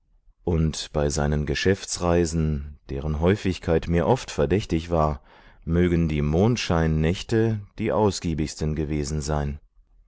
und bei seinen geschäftsreisen deren häufigkeit mir oft verdächtig war mögen die mondscheinnächte die ausgiebigsten gewesen sein